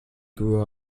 grew